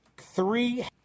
Three